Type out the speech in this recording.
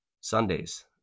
Sundays